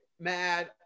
mad